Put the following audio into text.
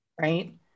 Right